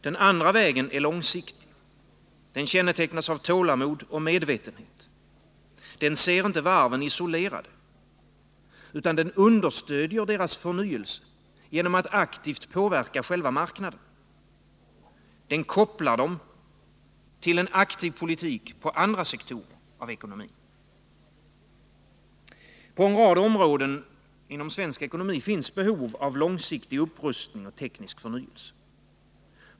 Den andra vägen är långsiktig. Den kännetecknas av tålamod och medvetenhet. Den ser inte varven som isolerade utan understödjer deras förnyelse genom att aktivt påverka själva marknaden. Den kopplar dem till en aktiv politik inom andra sektorer av ekonomin. På en rad områden inom svensk ekonomi finns det behov av långsiktig upprustning och teknisk förnyelse.